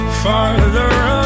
Farther